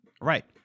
Right